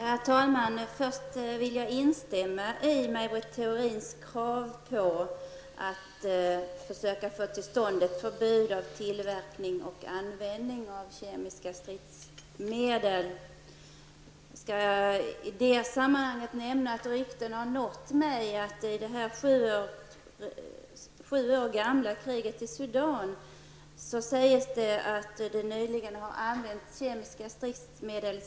Herr talman! Först vill jag instämma i Maj Britt Theorins krav på att man måste försöka få till stånd ett förbud mot tillverkning och användning av kemiska stridsmedel. I det här sammanhanget kan jag nämna att rykten har nått mig att man i det sju år gamla kriget i Sudan nyligen har använt kemiska stridsmedel.